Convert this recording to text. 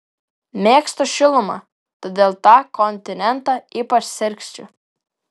mėgstu šilumą todėl tą kontinentą ypač sergsčiu